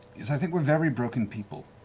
is i think we're very broken people,